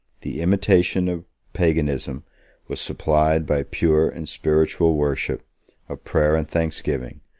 the imitation of paganism was supplied by a pure and spiritual worship of prayer and thanksgiving,